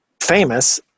famous